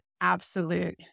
absolute